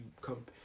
come